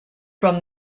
from